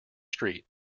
street